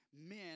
men